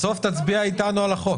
בסוף תצביע אתנו על החוק.